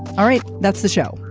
all right. that's the show.